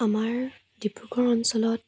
আমাৰ ডিব্ৰুগড় অঞ্চলত